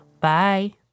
Bye